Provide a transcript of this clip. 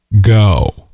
go